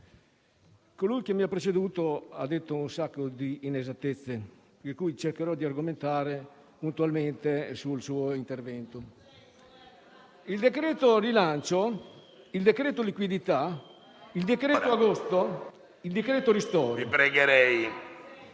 colui che mi ha preceduto ha detto un sacco di inesattezze; cercherò di argomentare puntualmente sul suo intervento. Il decreto rilancio, il decreto liquidità, il decreto agosto, il decreto ristori...